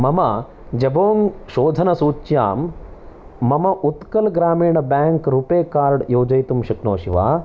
मम जबोङ्ग् शोधनसूच्यां मम Utkal Gramin bank RuPay card योजयितुं शक्नोषि वा